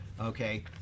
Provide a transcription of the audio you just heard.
Okay